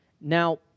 Now